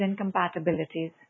incompatibilities